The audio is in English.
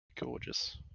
Gorgeous